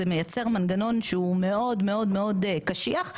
זה מייצר מנגנון שהוא מאוד מאוד מאוד קשיח,